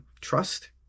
trust